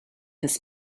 his